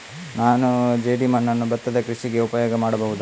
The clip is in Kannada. ನಾನು ಜೇಡಿಮಣ್ಣನ್ನು ಭತ್ತದ ಕೃಷಿಗೆ ಉಪಯೋಗ ಮಾಡಬಹುದಾ?